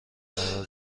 قرار